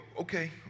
okay